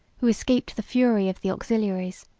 who escaped the fury of the auxiliaries,